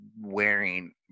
wearing